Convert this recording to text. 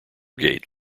gate